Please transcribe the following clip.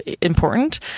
important